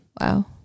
Wow